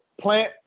plant